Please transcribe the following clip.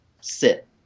sit